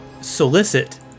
solicit